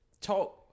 talk